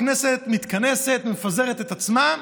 הכנסת מתכנסת ומפזרת את עצמה.